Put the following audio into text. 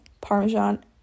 parmesan